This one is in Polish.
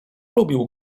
lubił